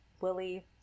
Willie